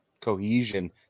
cohesion